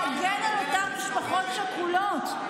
ולבוא ולהגן על אותן משפחות שכולות?